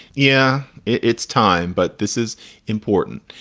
yeah, it's time. but this is important.